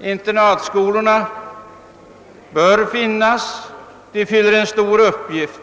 Internatskolorna bör finnas; de fyller en stor uppgift.